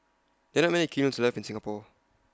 there are many kilns left in Singapore